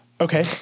Okay